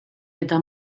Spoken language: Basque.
eta